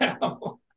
now